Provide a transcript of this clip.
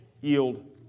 yield